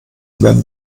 werden